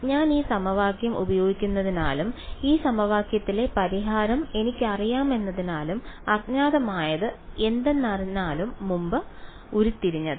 ഞാൻ ഈ സമവാക്യം ഉപയോഗിക്കുന്നതിനാലും ഈ സമവാക്യത്തിലെ പരിഹാരം എനിക്കറിയാമെന്നതിനാലും അജ്ഞാതമായത് എന്തെന്നതിനാലും മുമ്പ് ഉരുത്തിരിഞ്ഞത്